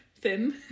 Thin